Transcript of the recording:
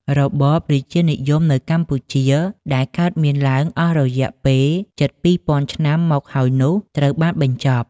របបរាជានិយមនៅកម្ពុជាដែលកើតមានឡើងអស់រយៈពេលជិត២ពាន់ឆ្នាំមកហើយនោះត្រូវបានបញ្ចប់ ។